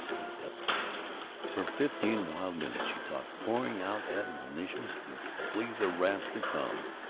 and the devil for fifteen wild minutes she talked, pouring out admonitions to flee the wrath to come,